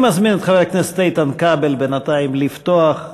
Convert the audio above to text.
אני מזמין את חבר הכנסת איתן כבל, בינתיים, לפתוח.